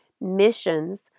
missions